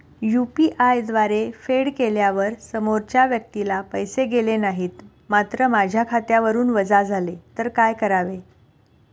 UPI द्वारे फेड केल्यावर समोरच्या व्यक्तीला पैसे गेले नाहीत मात्र माझ्या खात्यावरून वजा झाले तर काय करावे?